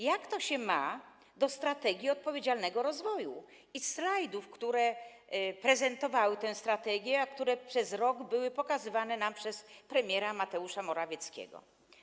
Jak to się ma do strategii odpowiedzialnego rozwoju i slajdów, które prezentowały tę strategię, a które przez rok były pokazywane nam przez premiera Mateusza Morawieckiego?